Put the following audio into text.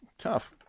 tough